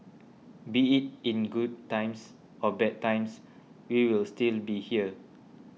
be it in good times or bad times we will still be here